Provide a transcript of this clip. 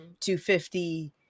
250